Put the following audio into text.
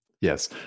Yes